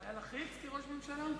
הוא היה לחיץ כראש ממשלה?